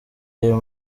ayo